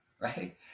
Right